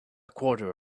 quarter